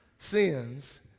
sins